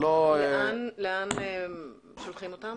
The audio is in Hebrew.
לאן שולחים את המכולות?